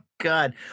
God